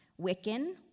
Wiccan